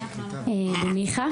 במיחא